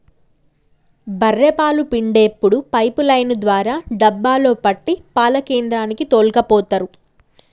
బఱ్ఱె పాలు పిండేప్పుడు పైపు లైన్ ద్వారా డబ్బాలో పట్టి పాల కేంద్రానికి తోల్కపోతరు